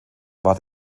war